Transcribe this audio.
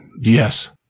Yes